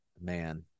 Man